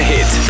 Hit